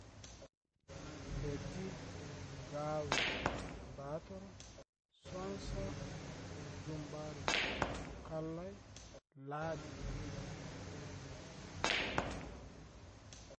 Beti gawi batoro sonsa jumbəre kallai ladi.